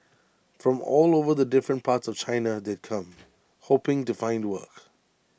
from all over the different parts of China they'd come hoping to find work